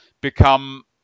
become